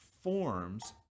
forms